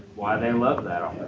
why they love that